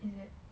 is it